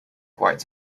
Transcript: quite